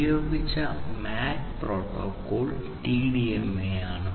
ഉപയോഗിച്ച MAC protocol TDMA ആണ്